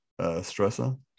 stressor